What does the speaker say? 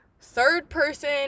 third-person